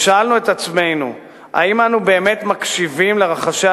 ושאלנו את עצמנו: האם אנו באמת מקשיבים לרחשי